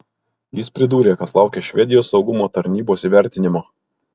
jis pridūrė kad laukia švedijos saugumo tarnybos įvertinimo